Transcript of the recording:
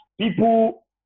People